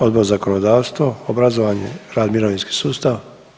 Odbor za zakonodavstvo, obrazovanje, rad, mirovinski sustav?